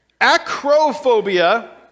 Acrophobia